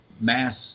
mass